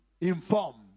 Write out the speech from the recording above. informed